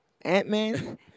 Ant-Man